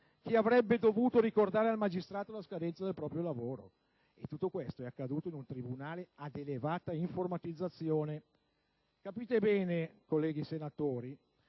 chi avrebbe dovuto ricordare al magistrato la scadenza del proprio lavoro. Tutto questo è accaduto in un tribunale ad elevata informatizzazione. Capite bene, colleghi senatori,